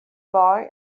boy